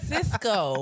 Cisco